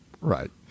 right